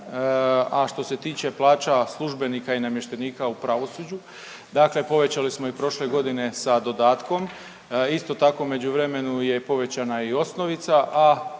a što se tiče plaća službenika i namještenika u pravosuđu, dakle povećali smo i prošle godine sa dodatkom, isto tako u međuvremenu je povećana i osnovica, a